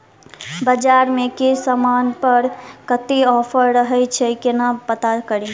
बजार मे केँ समान पर कत्ते ऑफर रहय छै केना पत्ता कड़ी?